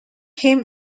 him